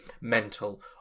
mental